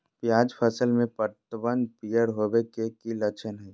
प्याज फसल में पतबन पियर होवे के की लक्षण हय?